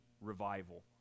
revival